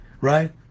right